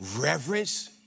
reverence